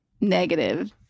negative